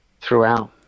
throughout